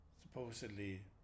supposedly